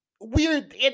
weird